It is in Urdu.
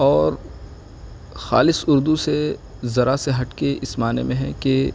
اور خالص اردو سے ذرا سے ہٹ کے اس معنی میں ہے کہ